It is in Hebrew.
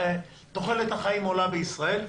שתוחלת החיים בישראל עולה,